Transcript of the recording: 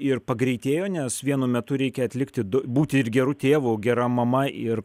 ir pagreitėjo nes vienu metu reikia atlikti du būti ir geru tėvu gera mama ir